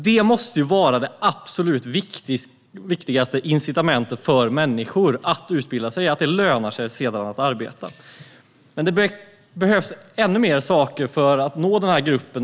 Det absolut viktigaste incitamentet för människor att utbilda sig måste vara att det sedan lönar sig att arbeta. Men det behövs ännu mer för att nå den här gruppen.